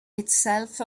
itself